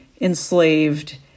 enslaved